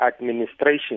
administration